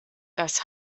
das